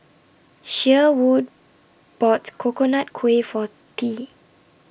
Sherwood bought Coconut Kuih For Tea